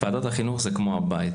ועדת החינוך זה כמו הבית.